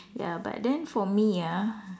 ya but then for me ah